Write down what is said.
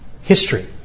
history